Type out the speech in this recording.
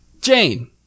Jane